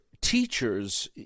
teachers